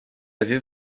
avait